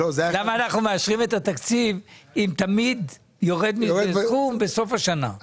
שאלתי למה אנחנו מאשרים את התקציב אם תמיד יורד מזה סכום בסוף השנה.